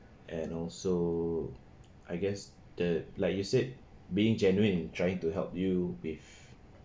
and also I guess the like you said being genuine trying to help you with